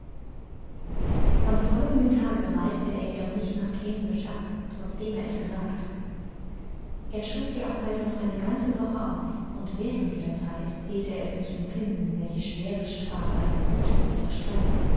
am folgenden tage reiste er jedoch nicht nach cambridge ab trotzdem er es gesagt er schob die abreise noch eine ganze woche auf und während dieser zeit ließ er es mich empfinden welche schwere strafe ein guter jedoch strenger